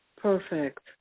perfect